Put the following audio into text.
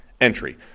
entry